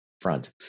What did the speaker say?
front